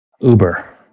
Uber